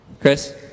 Chris